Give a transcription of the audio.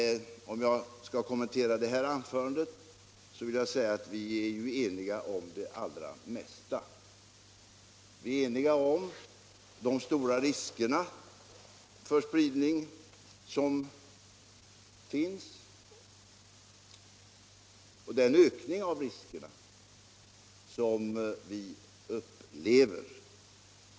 Om jag i stället skall kommentera herr Antonssons anförande vill jag säga att vi förefaller vara eniga om det allra mesta. Vi är eniga om de stora riskerna för spridning och om den ökning av riskerna som vi upplever.